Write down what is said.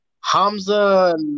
Hamza